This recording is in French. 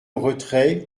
retrait